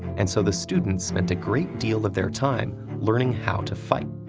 and so the students spent a great deal of their time learning how to fight.